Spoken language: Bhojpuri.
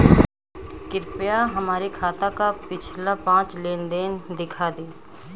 कृपया हमरे खाता क पिछला पांच लेन देन दिखा दी